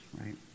right